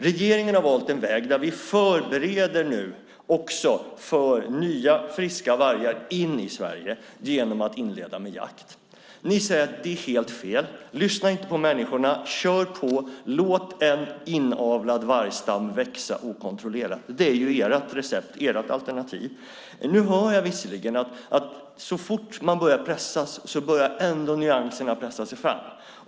Regeringen har valt en väg där vi förbereder för att nya och friska vargar ska komma in i Sverige genom att inleda med jakt. Ni säger: Det är helt fel! Lyssna inte på människorna! Kör på! Låt en inavlad vargstam växa okontrollerat! Det är ert recept och ert alternativ. Nu hör jag visserligen att så fort ni börjar pressas börjar ändå nyanserna komma fram.